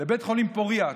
לבית חולים פורייה.